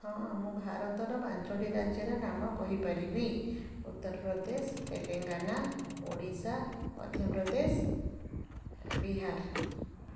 ହଁ ମୁଁ ଭାରତର ପାଞ୍ଚୋଟି ରାଜ୍ୟର ନାମ କହିପାରିବି ଉତ୍ତରପ୍ରଦେଶ ତେଲେଙ୍ଗାନା ଓଡ଼ିଶା ମଧ୍ୟପ୍ରଦେଶ ବିହାର